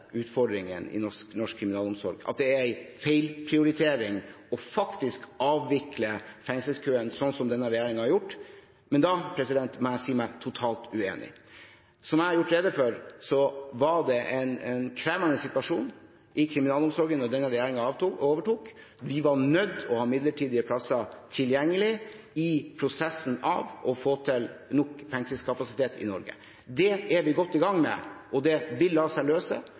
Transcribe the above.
utfordringen i norsk kriminalomsorg, at det er en feilprioritering å faktisk avvikle fengselskøen, som denne regjeringen har gjort. Men da må jeg si meg totalt uenig. Som jeg har gjort rede for, var det en krevende situasjon i kriminalomsorgen da denne regjeringen overtok. Vi var nødt til å ha midlertidige plasser tilgjengelig i prosessen for å få til nok fengselskapasitet i Norge. Det er vi godt i gang med, og det vil la seg løse.